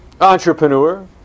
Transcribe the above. entrepreneur